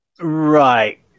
Right